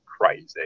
crazy